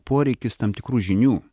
poreikis tam tikrų žinių